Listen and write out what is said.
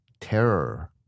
terror